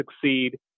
succeed